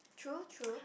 true true